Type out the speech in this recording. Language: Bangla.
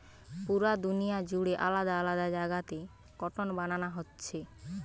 পুরা দুনিয়া জুড়ে আলাদা আলাদা জাগাতে কটন বানানা হচ্ছে